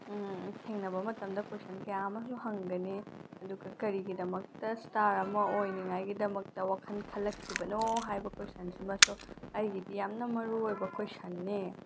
ꯊꯦꯡꯅꯕ ꯃꯇꯝꯗ ꯀꯣꯏꯁꯟ ꯀꯌꯥ ꯑꯃꯁꯨ ꯍꯪꯒꯅꯤ ꯑꯗꯨꯒ ꯀꯔꯤꯒꯤꯗꯃꯛꯇ ꯏꯁꯇꯥꯔ ꯑꯃ ꯑꯣꯏꯅꯤꯡꯉꯥꯏꯒꯤꯗꯃꯛꯇ ꯋꯥꯈꯟ ꯈꯜꯂꯛꯈꯤꯕꯅꯣ ꯍꯥꯏꯕ ꯀꯣꯏꯁꯟꯁꯤꯃꯁꯨ ꯑꯩꯒꯤꯗꯤ ꯌꯥꯝꯅ ꯃꯔꯨ ꯑꯣꯏꯕ ꯀꯣꯏꯁꯟꯅꯦ